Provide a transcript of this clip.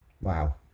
wow